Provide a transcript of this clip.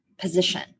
position